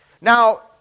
Now